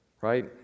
right